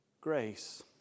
grace